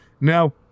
now